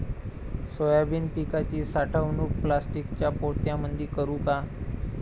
Soybean पिकाची साठवणूक प्लास्टिकच्या पोत्यामंदी करू का?